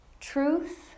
truth